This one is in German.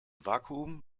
vakuum